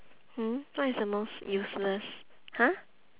mm what is the most useless !huh!